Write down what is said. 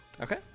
Okay